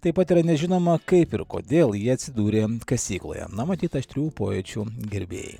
taip pat yra nežinoma kaip ir kodėl jie atsidūrė kasykloje na matyt aštrių pojūčių gerbėjai